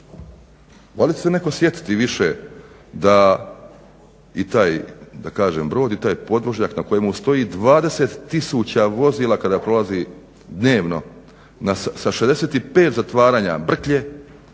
će se netko sjetiti više da kažem i taj Brod i taj podvožnjak na kojemu stoji 20 tisuća vozila kada prolazi dnevno sa 65 zatvaranja brklje,